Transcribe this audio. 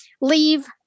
leave